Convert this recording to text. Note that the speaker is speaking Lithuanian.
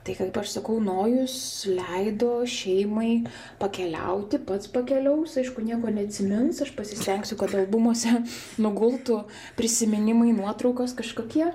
tai kaip aš sakau nojus leido šeimai pakeliauti pats pakeliaus aišku nieko neatsimins aš pasistengsiu kad albumuose nugultų prisiminimai nuotraukos kažkokie